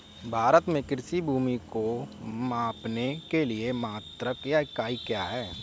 भारत में कृषि भूमि को मापने के लिए मात्रक या इकाई क्या है?